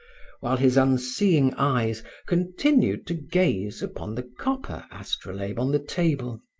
while his unseeing eyes continued to gaze upon the copper astrolabe on the table.